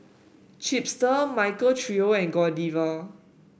Chipster Michael Trio and Godiva